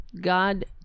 God